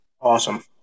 Awesome